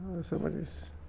Somebody's